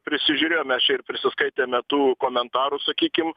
prisižiūrėjom mes čia ir prisiskaitėme tų komentarų sakykim